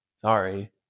sorry